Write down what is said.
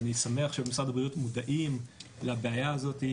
ואני שמח שבמשרד הבריאות מודעים לבעיה הזאת,